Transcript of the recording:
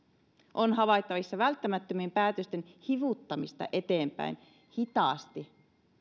on havaittavissa välttämättömien päätösten hivuttamista eteenpäin hitaasti